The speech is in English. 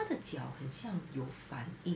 她的脚很像有反应